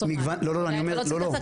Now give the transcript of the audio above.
אני פה לא בהוד,